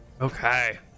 okay